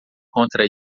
contra